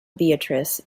beatrice